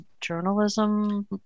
journalism